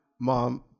mom